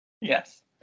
Yes